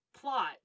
plot